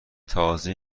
تازه